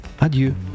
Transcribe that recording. adieu